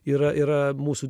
yra yra mūsų